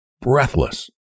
breathless